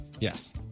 Yes